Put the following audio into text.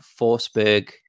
Forsberg